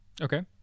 Okay